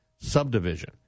subdivision